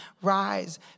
rise